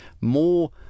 more